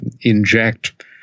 inject